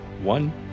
One